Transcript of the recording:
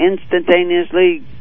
instantaneously